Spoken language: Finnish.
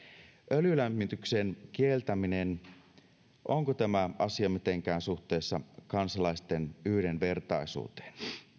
öljylämmityksen kieltäminen onko tämä asia mitenkään suhteessa kansalaisten yhdenvertaisuuteen